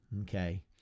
okay